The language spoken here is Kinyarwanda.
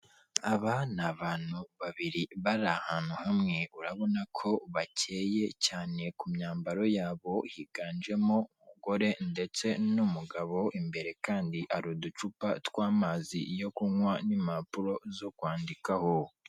Aba ni abantu babiri bari ahantu hamwe urabona ko bakeye cyane ku myambaro yabo higanjemo umugore ndetse n'umugabo, imbere kandi hari uducupa tw'amazi yo kunywa n'impapuro zo kwandikaho.